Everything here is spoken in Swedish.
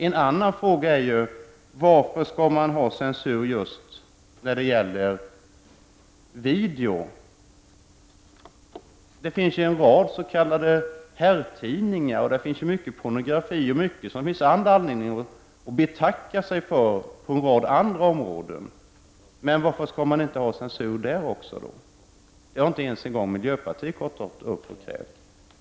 En annan fråga är varför man skall ha censur just när det gäller videogram. Det finns ju en rad s.k. herrtidningar, och det finns mycket pornografi på en rad andra områden som det finns all anledning att betacka sig för. Men varför skall man inte ha censur även i dessa sammanhang? Det har inte ens miljöpartiet krävt.